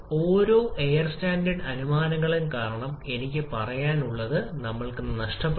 നിർദ്ദിഷ്ട താപം മാറുന്നതിനനുസരിച്ച് അനുബന്ധ k കുറയും